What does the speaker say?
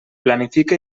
planifica